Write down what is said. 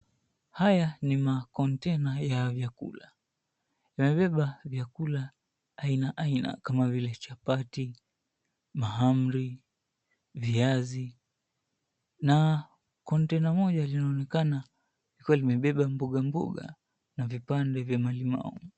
Haya ni makontena ya vyakula. Vimebeba vyakula aina aina kama vile chapati, mahamri viazi. Na kontena moja linaonekana lilikuwa limebeba mbogamboga na vipande vya malimau.